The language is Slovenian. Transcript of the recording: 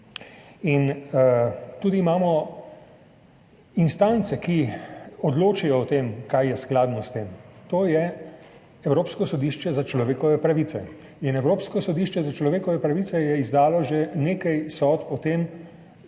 tudi instance, ki odločajo o tem, kaj je skladno s tem, to je Evropsko sodišče za človekove pravice in Evropsko sodišče za človekove pravice je izdalo že nekaj sodb o tem,